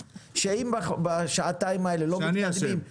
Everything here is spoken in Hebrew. הקואליציה שאם בשעתיים האלה לא מתקדמים -- שאני אשם.